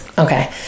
Okay